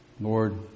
Lord